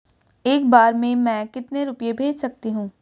एक बार में मैं कितने रुपये भेज सकती हूँ?